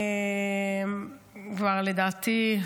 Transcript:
לדעתי,